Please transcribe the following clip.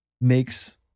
makes